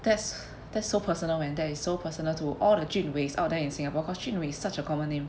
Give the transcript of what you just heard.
that's that's so personal man that is so personal to all the jun weis out there in singapore because jun wei is such a common name